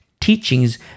teachings